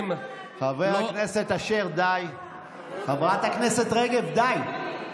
חבר הכנסת משה ארבל, אתה עדיין לא נותן לי הוראות.